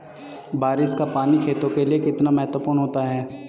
बारिश का पानी खेतों के लिये कितना महत्वपूर्ण होता है?